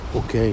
ok